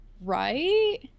Right